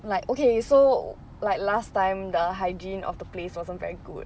like okay so like last time the hygiene of the place wasn't very good